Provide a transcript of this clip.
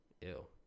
ill